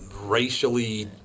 racially